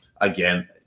again